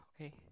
Okay